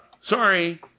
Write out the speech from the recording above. Sorry